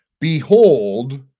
Behold